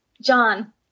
John